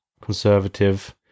conservative